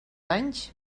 anys